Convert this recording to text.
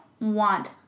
want